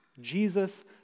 Jesus